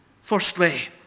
Firstly